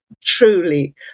truly